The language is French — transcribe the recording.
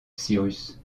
cyrus